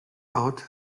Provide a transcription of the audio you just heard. out